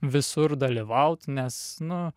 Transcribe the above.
visur dalyvaut nes nu